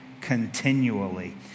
continually